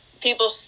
People